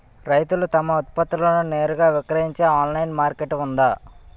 రైతులు తమ ఉత్పత్తులను నేరుగా విక్రయించే ఆన్లైన్ మార్కెట్ ఉందా?